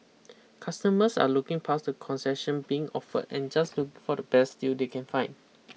customers are looking past the concession being offered and just looking for the best deal they can find